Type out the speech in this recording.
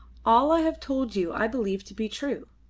all i have told you i believe to be true.